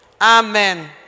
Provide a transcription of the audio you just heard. Amen